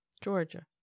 Georgia